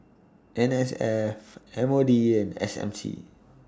N S F M O D and S M C